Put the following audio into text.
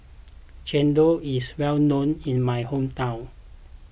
Chendol is well known in my hometown